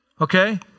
Okay